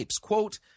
Quote